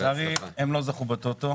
לצערי הם לא זכו בטוטו.